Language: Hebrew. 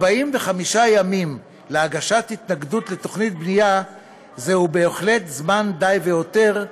45 ימים להגשת התנגדות לתוכנית בנייה הם בהחלט זמן די והותר,